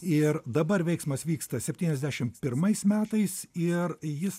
ir dabar veiksmas vyksta septyniasdešim pirmais metais ir jis